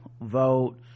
vote